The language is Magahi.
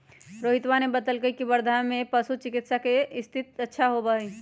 रोहितवा ने बतल कई की वर्धा में पशु चिकित्सा के स्थिति अच्छा होबा हई